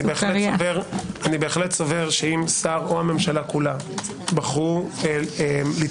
אני בהחלט סובר שאם שר או הממשלה כולה בחרו ליטול